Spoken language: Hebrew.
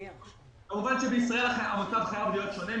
כמובן שבישראל המצב חייב להיות שונה,